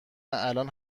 الان